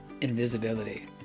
Invisibility